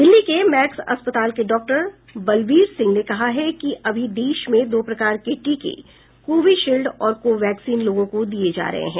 दिल्ली के मैक्स अस्पताल के डॉक्टर बलवीर सिंह ने कहा है कि अभी देश में दो प्रकार के टीके कोविशील्ड और को वैक्सीन लोगों को दिये जा रहे हैं